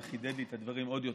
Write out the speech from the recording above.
וזה חידד לי את הדברים עוד יותר.